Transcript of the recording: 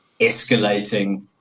escalating